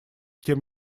тем